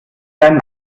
deinen